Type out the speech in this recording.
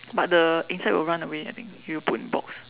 but the insect will run away I think if you put in box